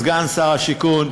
סגן שר הבינוי והשיכון,